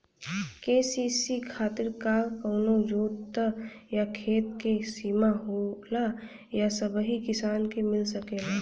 KCC खातिर का कवनो जोत या खेत क सिमा होला या सबही किसान के मिल सकेला?